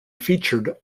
featured